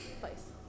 place